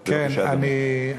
בבקשה, אדוני.